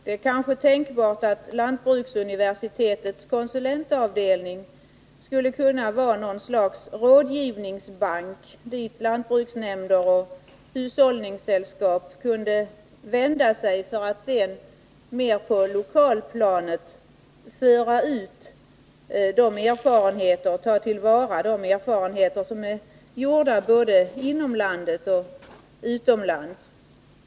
Det är kanske tänkbart att lantbruksuniversitetets konsulentavdelning skulle kunna vara något slags rådgivningsbank dit lantbruksnämnder och hushållningssällskap kunde vända sig för att sedan mer på lokalplanet ta till vara de erfarenheter som vunnits både inom landet och utomlands.